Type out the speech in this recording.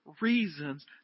reasons